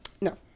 No